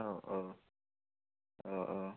औ औ औ औ